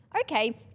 okay